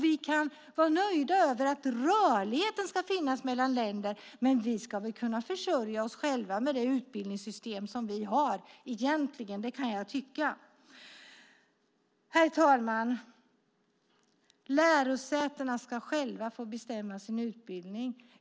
Vi kan vara nöjda över att rörligheten ska finnas mellan länder, men vi ska egentligen kunna försörja oss själva med det utbildningssystem som vi har. Det tycker jag. Herr talman! Lärosätena ska själva få bestämma sin utbildning.